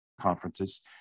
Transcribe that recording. conferences